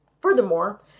furthermore